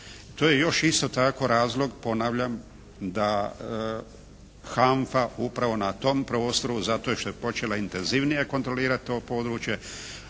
To je još isto tako razlog ponavljam da HANFA upravo na tom prostoru zato što je počela intenzivnije kontrolirati to područje